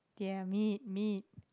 yeah meat meat